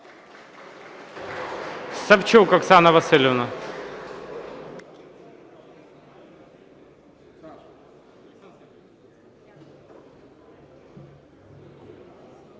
Савчук Оксана Василівна.